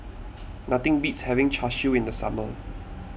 nothing beats having Char Siu in the summer